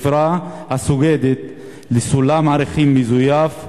חברה הסוגדת לסולם ערכים מזויף,